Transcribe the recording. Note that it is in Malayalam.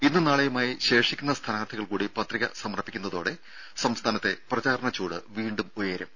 ഇന്നും നാളെയുമായി ശേഷിക്കുന്ന സ്ഥാനാർത്ഥികൾ കൂടി പത്രിക സമർപ്പിക്കുന്നതോടെ സംസ്ഥാനത്തെ പ്രചാരണ ചൂട് വീണ്ടും ഉയരും